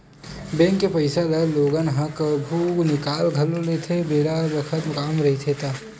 bank के पइसा ल लोगन ह कभु निकाल घलो लेथे बेरा बखत काम रहिथे ता